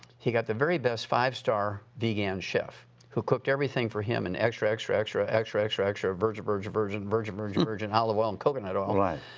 he got the very best five star vegan chef who cooked everything for him and extra, extra, extra, extra, extra, extra, virgin, virgin, virgin, virgin, virgin virgin olive oil and coconut oil. right.